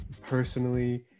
personally